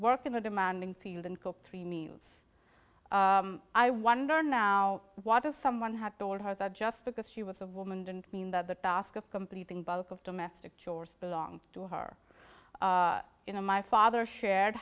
work in a demanding field and cook three meals i wonder now what if someone had told her that just because she was a woman didn't mean that the task of completing bulk of domestic chores belong to her you know my father shared